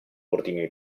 ordini